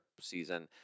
season